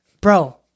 bro